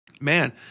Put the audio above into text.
man